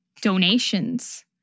donations